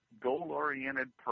goal-oriented